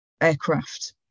aircraft